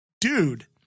dude